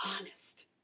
Honest